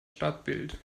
stadtbild